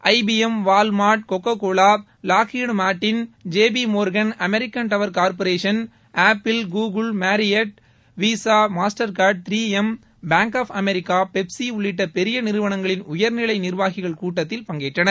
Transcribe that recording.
I B M Walmart Coca Cola Lockheed Martin J P Morgan American Tower Corporation Apple Google Marriott Visa Mastercard three M Bank of America பெப்சிஉள்ளிட்ட பெரிய நிறுவனங்களின் உயர் நிலை நிர்வாகிகள் கூட்டத்தில் பங்கேற்றனர்